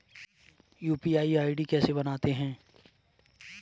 UPI ID कैसे बनाते हैं?